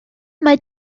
mae